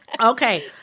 Okay